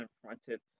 confronted